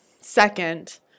second